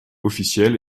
officiel